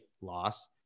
loss